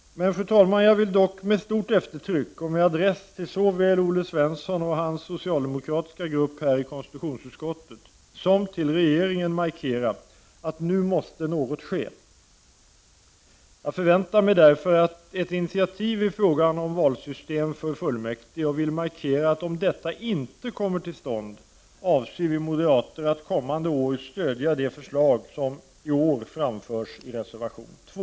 Jag vill dock med stort eftertryck, och med adress till såväl Olle Svensson och hans socialdemokratiska grupp i konstitutionsutskottet som till regeringen, markera att något nu måste ske. Jag förväntar mig därför ett initiativ i frågan om valsystem för kommunfullmäktige och vill markera att om detta inte kommer till stånd, avser vi moderater att kommande år stödja de förslag som i år framförs i reservation 2.